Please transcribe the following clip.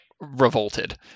revolted